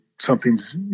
something's